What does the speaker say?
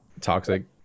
toxic